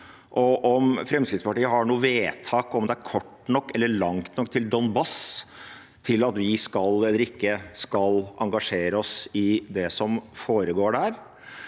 og om Fremskrittspartiet har noe vedtak om det er kort nok eller langt nok til Donbas til at vi skal eller ikke skal engasjere oss i det som foregår der.